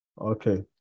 Okay